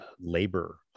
labor